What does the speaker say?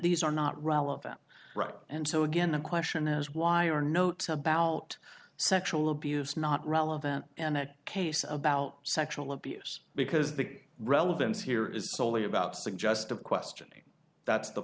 these are not relevant right and so again the question is why are notes about sexual abuse not relevant and that case about sexual abuse because the relevance here is solely about suggestive questioning that's the